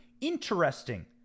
Interesting